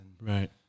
Right